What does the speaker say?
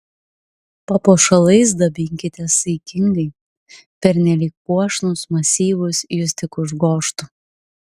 papuošalais dabinkitės saikingai pernelyg puošnūs masyvūs jus tik užgožtų